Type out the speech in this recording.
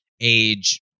age